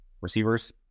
receivers